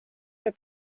har